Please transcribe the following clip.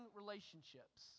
relationships